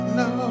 no